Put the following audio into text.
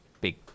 Big